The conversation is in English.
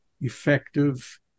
effective